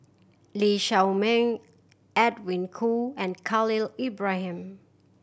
Lee Shao Meng Edwin Koo and Khalil Ibrahim